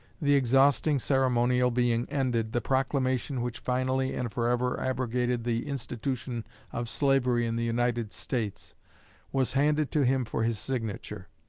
the exhausting ceremonial being ended, the proclamation which finally and forever abrogated the institution of slavery in the united states was handed to him for his signature.